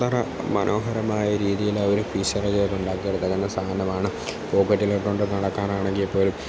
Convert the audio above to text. അത്ര മനോഹരമായ രീതിയിൽ അവർ ഫീച്ചറ് ചെയ്ത് ഉണ്ടാക്കിയെടുത്തേക്കുന്ന സാധനമാണ് പോക്കറ്റിൽ ഇട്ടുകൊണ്ട് നടക്കാനാണെങ്കിൽപ്പോലും ചെറിയ